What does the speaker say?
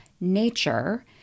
nature